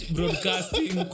Broadcasting